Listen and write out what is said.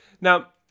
Now